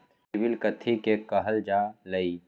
CIBIL कथि के काहल जा लई?